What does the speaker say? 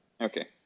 Okay